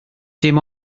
dim